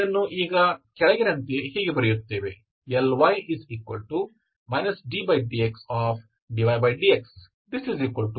ನಾವು ಇದನ್ನುಈಗ ಕೆಳಗಿನಂತೆ ಹೀಗೆ ಬರೆಯುತ್ತೇವೆ